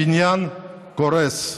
הבניין קורס,